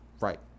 Right